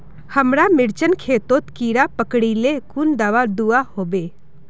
हमार मिर्चन खेतोत कीड़ा पकरिले कुन दाबा दुआहोबे?